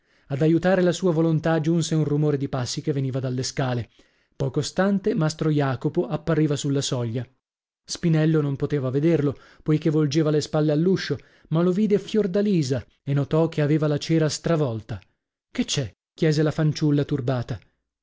ad aiutare la sua volontà giunse un rumore di passi che veniva dalle scale poco stante mastro jacopo appariva sulla soglia spinello non poteva vederlo poichè volgeva le spalle all'uscio ma lo vide fiordalisa e notò che aveva la cera stravolta che c'è chiese la fanciulla turbata